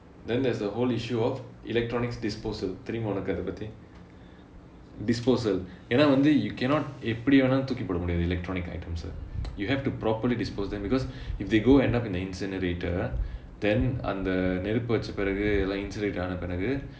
then there's the whole issue of electronics disposal தெரியுமா உனக்கு அதை பத்தி:theriyumaa unakku athai pathi disposal ஏனா வந்து:yaenaa vanthu you cannot எப்படி வேனாலும் தூக்கி போட முடியாது:eppadi venaalum thooki poda mudiyathu electronic items you have to properly dispose them because if they go end up in the incinerator then அந்த நெருப்பு வெச்சா பிறகு எல்லாம்:antha neruppu vecha piragu ellaam incinerate ஆன பிறகு:aana piragu